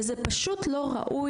אז זה פשוט לא ראוי,